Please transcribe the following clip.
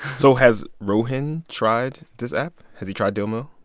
so has rowan tried this app? has he tried dil mil?